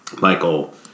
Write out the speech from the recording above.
Michael